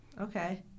Okay